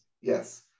Yes